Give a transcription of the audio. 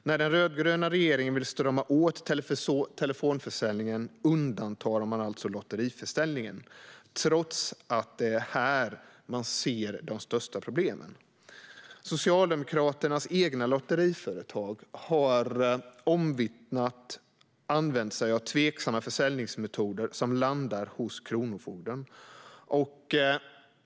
När den rödgröna regeringen vill strama åt telefonförsäljningen undantar man alltså lotteriförsäljningen trots att det är där man ser de största problemen. Socialdemokraternas egna lotteriföretag har omvittnat använt sig av tveksamma försäljningsmetoder som leder till att ärenden landar hos Kronofogden.